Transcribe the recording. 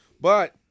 But-